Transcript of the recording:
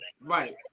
Right